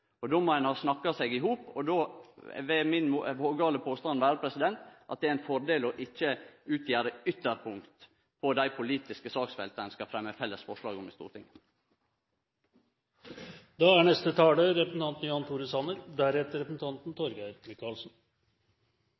forslag. Då må ein ha snakka seg i hop, og då vil min vågale påstand vere at det er ein fordel å ikkje utgjere ytterpunkt på dei polititiske saksfelta ein skal fremme felles forslag om i